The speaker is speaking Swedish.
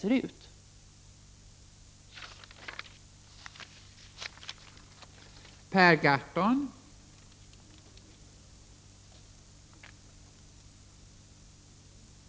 Svar på interpella